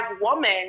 woman